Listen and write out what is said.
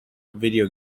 video